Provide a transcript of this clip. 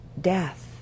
death